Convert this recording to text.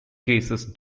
cases